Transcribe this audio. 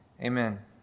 Amen